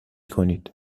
کنید